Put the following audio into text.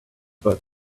but